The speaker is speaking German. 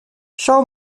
schau